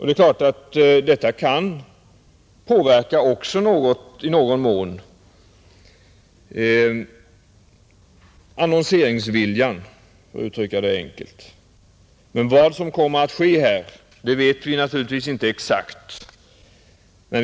Det är klart att detta kan i någon mån också påverka annonseringsviljan, för att uttrycka det enkelt. Men vad som här kommer att ske vet vi naturligtvis inte exakt.